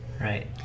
Right